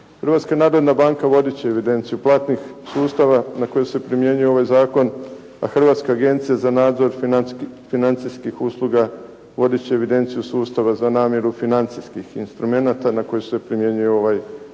Hrvatska narodna banka vodit će evidenciju platni sustava na koji se primjenjuje ovaj zakon, a hrvatska Agencija za nadzor financijskih usluga vodit će evidenciju sustava za namiru financijskih instrumenata na koji se primjenjuje ovaj zakon.